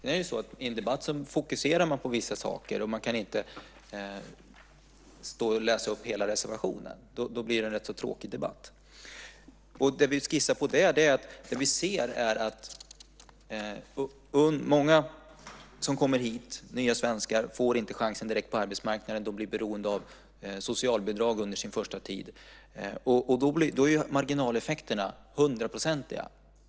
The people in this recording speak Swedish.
I en debatt fokuserar man på vissa saker, och man kan inte stå och läsa upp hela reservationen. Det skulle bli en rätt tråkig debatt. I reservationen säger vi att vi ser att många nya svenskar som kommer hit inte genast får chansen att komma ut på arbetsmarknaden. I stället blir de under sin första tid här beroende av socialbidrag, och då blir marginaleffekterna hundraprocentiga.